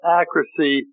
accuracy